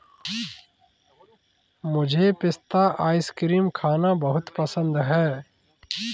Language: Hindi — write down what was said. मुझे पिस्ता आइसक्रीम खाना बहुत पसंद है